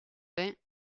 vingt